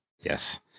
Yes